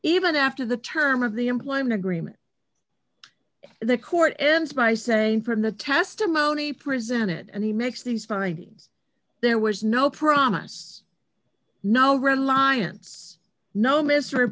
even after the term of the employment agreement the court ends by saying from the testimony presented and he makes these findings there was no promise no reliance no m